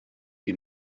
die